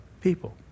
people